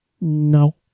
no